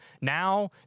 Now